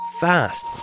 fast